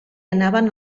anaven